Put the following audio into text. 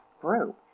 group